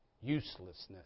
uselessness